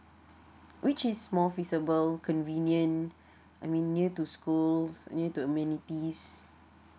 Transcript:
which is more feasible convenient I mean near to schools near to amenities